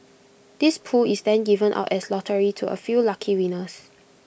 this pool is then given out as lottery to A few lucky winners